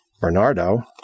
Bernardo